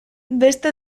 beste